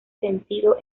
sentido